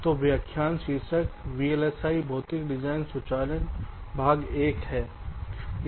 तो व्याख्यान शीर्षक वीएलएसआई भौतिक डिजाइन स्वचालन भाग एक